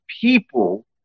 people